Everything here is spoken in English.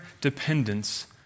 dependence